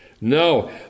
No